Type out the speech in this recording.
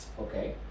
Okay